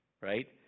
right